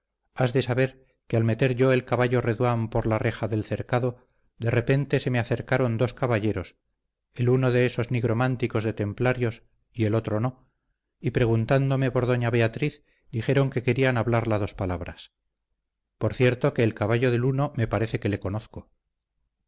has de saber que al meter yo el caballo reduán por la reja del cercado de repente se me acercaron dos caballeros el uno de esos nigrománticos de templarios y el otro no y preguntándome por doña beatriz dijeron que querían hablarla dos palabras por cierto que el caballo del uno me parece que le conozco